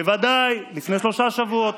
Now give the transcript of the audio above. בוודאי, לפני שלושה שבועות.